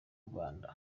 rwanda